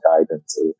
guidance